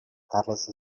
carles